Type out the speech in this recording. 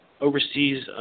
overseas